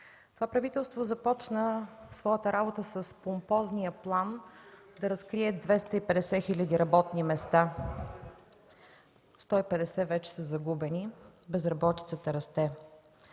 Това правителство започна своята работа с помпозния план да разкрие 250 хиляди работни места. Сто и петдесет вече са загубени, безработицата расте.